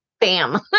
Bam